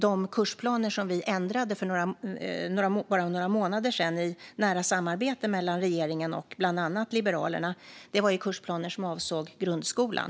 De kursplaner som vi ändrade för bara några månader sedan i nära samarbete mellan regeringen och bland annat Liberalerna var kursplaner som avsåg grundskolan.